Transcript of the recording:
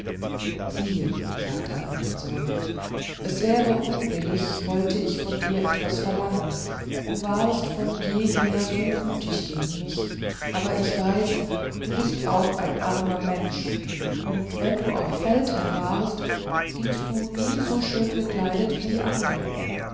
siehe sagte almansor es wäre unbillig wollte ich von dir etwas verlangen du warst von jeher so gütig gegen mich aber ich weiß du bist auch ein armer mensch und wenn du auch feldherr warst gingst du nie so schön gekleidet wie die anderen